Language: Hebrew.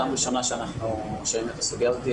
פעם ראשונה שאנחנו שומעים את הסוגיה הזאת.